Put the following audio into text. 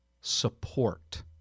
support